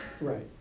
Right